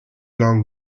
long